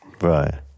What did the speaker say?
Right